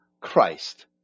Christ